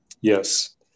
Yes